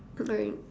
alright